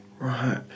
Right